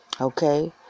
okay